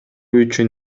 үчүн